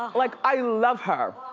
ah like, i love her.